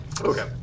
Okay